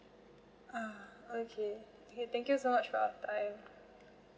uh okay okay thank you so much for your time